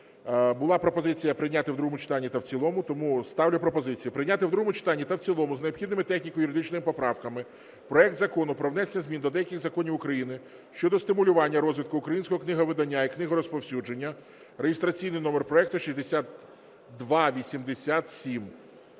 Була пропозиція прийняти в другому читанні та в цілому. Тому ставлю пропозицію, прийняти в другому читанні та в цілому з необхідними техніко-юридичними поправками проект Закону про внесення змін до деяких законів України щодо стимулювання розвитку українського книговидання і книгорозповсюдження (реєстраційний номер проекту 6287).